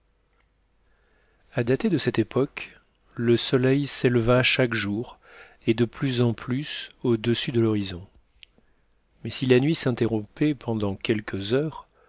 à dater de cette époque le soleil s'éleva chaque jour et de plus en plus au-dessus de l'horizon mais si la nuit s'interrompait pendant quelques heures